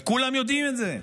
וכולם יודעים את זה.